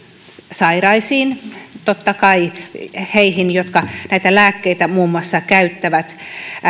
sairaisiin totta kai heihin jotka näitä lääkkeitä muun muassa käyttävät